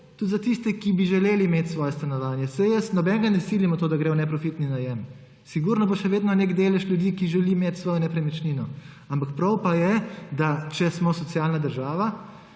tudi za tiste, ki bi želeli imeti svoje stanovanje. Saj jaz nobenega ne silim v to, da gre v neprofitni najem. Sigurno bo še vedno nek delež ljudi, ki želijo imeti svojo nepremičnino. Ampak prav pa je, če smo socialna država,